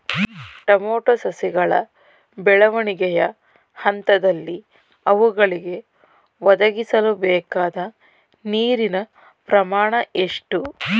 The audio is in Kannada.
ಟೊಮೊಟೊ ಸಸಿಗಳ ಬೆಳವಣಿಗೆಯ ಹಂತದಲ್ಲಿ ಅವುಗಳಿಗೆ ಒದಗಿಸಲುಬೇಕಾದ ನೀರಿನ ಪ್ರಮಾಣ ಎಷ್ಟು?